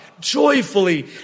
joyfully